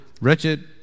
wretched